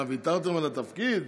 מה, ויתרתם על התפקיד?